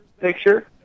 picture